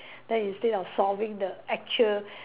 then instead of solving the actual